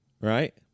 Right